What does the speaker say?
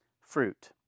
fruit